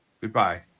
Goodbye